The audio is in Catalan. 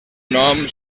nom